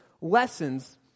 Lessons